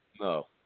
No